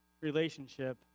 relationship